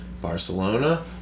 Barcelona